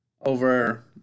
over